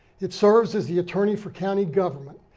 it serves as the attorney for county government.